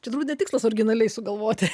turbūt ne tikslas originaliai sugalvoti